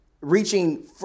reaching